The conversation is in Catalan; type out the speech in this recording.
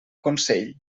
consell